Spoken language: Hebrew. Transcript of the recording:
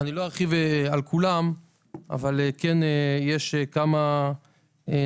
אני לא ארחיב כרגע על כולם אבל כן אוכל לומר יש כמה נושאים,